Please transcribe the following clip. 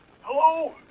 Hello